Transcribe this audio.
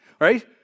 right